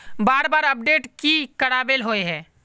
बार बार अपडेट की कराबेला होय है?